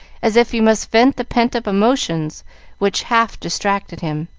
as if he must vent the pent-up emotions which half distracted him.